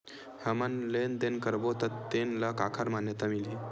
हमन लेन देन करबो त तेन ल काखर मान्यता मिलही?